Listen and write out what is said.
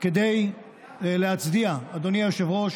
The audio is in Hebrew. כדי להצדיע, אדוני היושב-ראש,